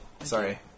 Sorry